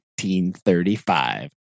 1935